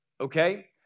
Okay